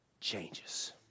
changes